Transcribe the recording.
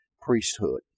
priesthood